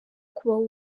kuba